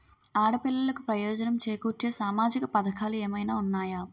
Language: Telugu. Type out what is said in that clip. ఆడపిల్లలకు ప్రయోజనం చేకూర్చే సామాజిక పథకాలు ఏమైనా ఉన్నాయా?